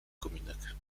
kominek